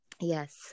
yes